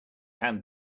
hand